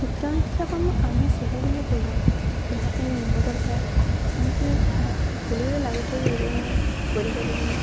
ଚିତ୍ର ଆଙ୍କିବା କାମ ଆମ ସବୁବେଳେ ହୋଇନଥାଏ ଏହା ପାଇଁ ମନ ଦରକାର ଆମେ ଯିଏ ହଁ ବେଳେ ବେଳେ ଲାଗୁଥାଏ ଏବେ ମୁଁ କରିପାରିବି